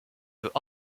veut